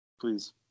Please